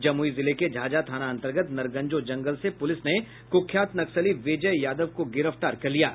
जमुई जिले के झाझा थानान्तर्गत नरगंजो जंगल से प्रलिस ने कुख्यात नक्सली विजय यादव को गिरफ्तार किया है